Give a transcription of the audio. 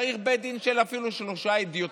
צריך אפילו בית דין של שלושה הדיוטות.